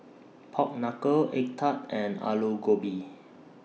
Pork Knuckle Egg Tart and Aloo Gobi